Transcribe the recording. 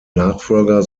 nachfolger